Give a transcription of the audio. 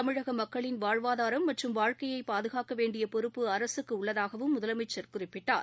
தமிழக மக்களின் வாழ்வாதாரம் மற்றும் வாழ்க்கையை பாதுகாக்க வேண்டிய பொறுப்பு அரசுக்கு உள்ளதாகவும் முதலமைச்சர் குறிப்பிட்டார்